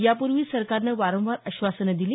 यापूर्वी सरकारनं वारंवार आश्वासनं दिली